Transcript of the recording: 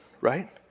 right